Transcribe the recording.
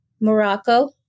Morocco